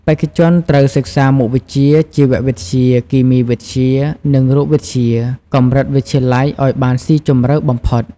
បេក្ខជនត្រូវសិក្សាមុខវិជ្ជាជីវវិទ្យា គីមីវិទ្យា និងរូបវិទ្យា កម្រិតវិទ្យាល័យឲ្យបានស៊ីជម្រៅបំផុត។